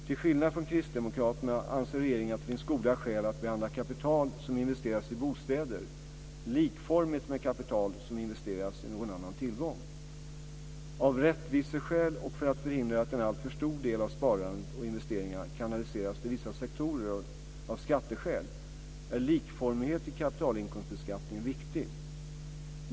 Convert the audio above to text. Till skillnad från Kristdemokraterna anser regeringen att det finns goda skäl att behandla kapital som investeras i bostäder likformigt med kapital som investeras i någon annan tillgång. Av rättviseskäl och för att förhindra att en alltför stor del av sparandet och investeringarna kanaliseras till vissa sektorer av skatteskäl är likformighet i kapitalinkomstbeskattningen viktig.